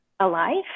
alive